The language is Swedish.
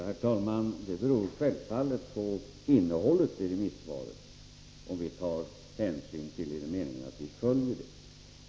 Herr talman! Det beror självfallet på innehållet i remissvaren om vi tar hänsyn i den meningen att vi följer dem.